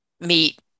meet